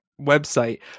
website